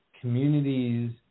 communities